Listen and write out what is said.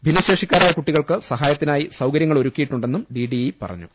ഭിന്നശേഷിക്കാരായ കുട്ടികൾക്ക് സഹാ യത്തിനായി സൌകര്യങ്ങളൊരുക്കിയിട്ടുണ്ടെന്നും ഡി ഡി ഇ പറഞ്ഞു